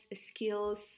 skills